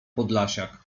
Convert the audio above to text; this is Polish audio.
podlasiak